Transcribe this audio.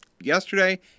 yesterday